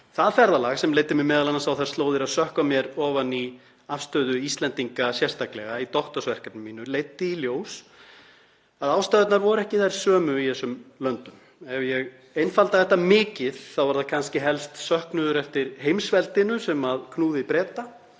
Það ferðalag, sem leiddi mig m.a. á þær slóðir að sökkva mér ofan í afstöðu Íslendinga sérstaklega í doktorsverkefni mínu, leiddi í ljós að ástæðurnar voru ekki þær sömu í þessum löndum. Ef ég einfalda þetta mikið þá er það kannski helst söknuður eftir heimsveldinu sem knúði Breta,